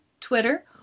Twitter